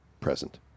present